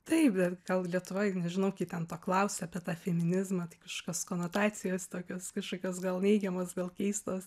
taip gal lietuvoj nežinai kai ten to klausia apie tą feminizmą tai kažkokios konotacijos tokios kažkokios gal neigiamos gal keistos